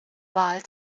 wahl